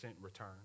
return